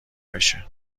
بشه